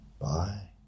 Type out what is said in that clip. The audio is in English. Bye